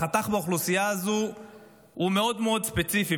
החתך באוכלוסייה הזו הוא מאוד מאוד ספציפי,